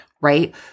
right